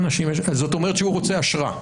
זאת אומרת שהוא רוצה אשרה.